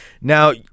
Now